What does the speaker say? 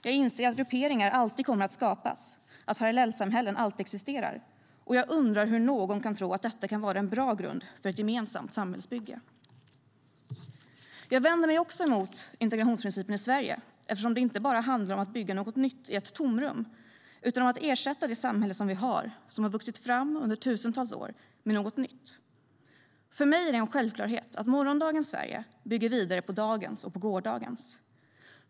Jag inser att grupperingar alltid kommer att skapas, att parallellsamhällen alltid existerar, och jag undrar hur någon kan tro att detta kan vara en bra grund för ett gemensamt samhällsbygge. Jag vänder mig också mot integrationsprincipen i Sverige eftersom det inte bara handlar om att bygga något nytt i ett tomrum utan om att ersätta det samhälle som vi har, som har vuxit fram under tusentals år, med något nytt. För mig är det en självklarhet att morgondagens Sverige bygger vidare på dagens och på gårdagens.